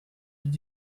did